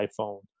iPhone